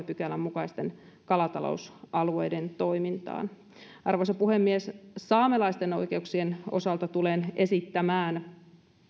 pykälän mukaisten kalatalousalueiden toimintaan arvoisa puhemies saamelaisten oikeuksien osalta tulen esittämään